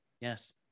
Yes